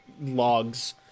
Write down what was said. logs